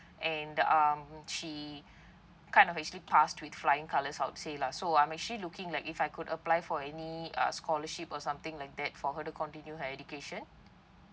and um she kind of actually passed with flying colours I would say lah so I'm actually looking like if I could apply for any uh scholarship or something like that for her to continue her education